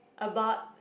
about